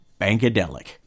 Bankadelic